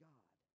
God